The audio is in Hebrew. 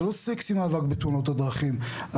זה לא סקסי מאבק בתאונות הדרכים,